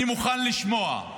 אני מוכן לשמוע.